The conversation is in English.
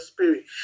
Spirit